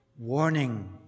warning